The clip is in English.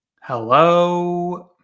Hello